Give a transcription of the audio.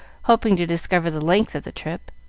hoping to discover the length of the trip.